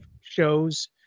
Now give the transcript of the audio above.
shows